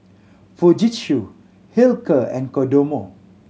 Fujitsu Hilker and Kodomo